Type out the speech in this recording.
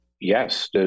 yes